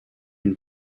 une